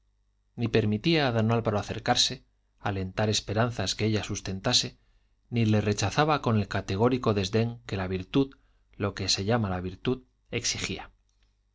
ni permitía a don álvaro acercarse alentar esperanzas que ella sustentase ni le rechazaba con el categórico desdén que la virtud lo que se llama la virtud exigía